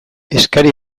eskari